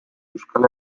euskal